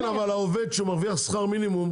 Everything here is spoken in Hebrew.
כן, אבל העובדת בגיל 58, שמרוויחה שכר מינימום